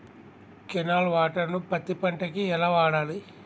Canal water ను పత్తి పంట కి ఎలా వాడాలి?